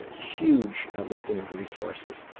ah huge listing of resources.